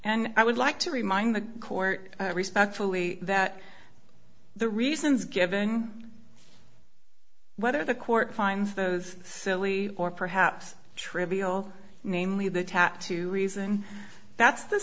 and i would like to remind the court i respectfully that the reasons given whether the court finds those silly or perhaps trivial namely the tattoo reason that's the